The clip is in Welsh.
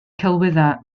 celwyddau